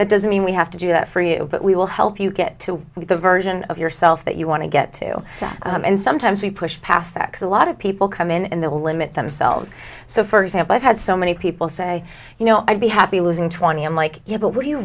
that doesn't mean we have to do that for you but we will help you get to the version of yourself that you want to get to and sometimes we push past that is a lot of people come in and they will limit themselves so for example i've had so many people say you know i'd be happy losing twenty i'm like you but what